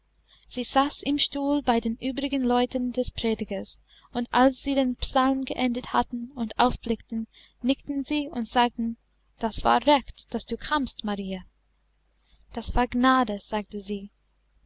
sie saß im stuhl bei den übrigen leuten des predigers und als sie den psalm geendet hatten und aufblickten nickten sie und sagten das war recht daß du kamst marie das war gnade sagte sie